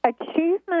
Achievement